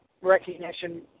recognition